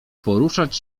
poruszać